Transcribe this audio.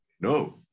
no